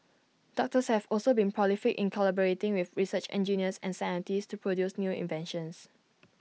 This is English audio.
doctors have also been prolific in collaborating with research engineers and scientists to produce new inventions